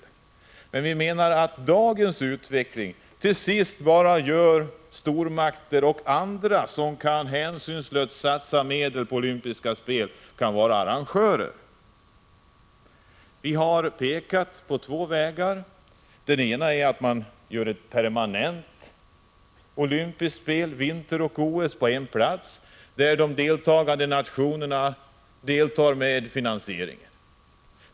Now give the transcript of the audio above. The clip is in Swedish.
Men i dag är det bara stormakter och andra som hänsynslöst kan satsa medel på olympiska spel som kan bli arrangörer. Vi har pekat på två alternativa vägar. Den ena är att man inrättar ett permanent olympiskt spel, där vinteroch sommarolympiader hålls på en och samma plats. De deltagande nationerna skulle bidra till finansieringen.